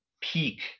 peak